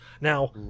Now